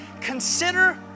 consider